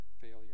failure